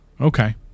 Okay